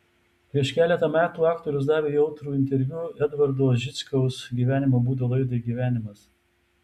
prieš keletą metų aktorius davė jautrų interviu edvardo žičkaus gyvenimo būdo laidai gyvenimas